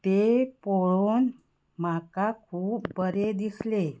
तें पळोवन म्हाका खूब बरें दिसलें